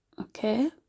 okay